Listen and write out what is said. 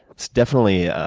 it's definitely a,